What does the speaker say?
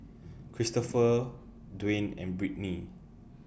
Cristofer Dwane and Brittny